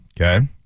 Okay